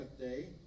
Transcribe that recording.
day